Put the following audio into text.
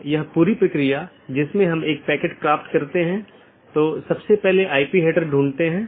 तो AS1 में विन्यास के लिए बाहरी 1 या 2 प्रकार की चीजें और दो बाहरी साथी हो सकते हैं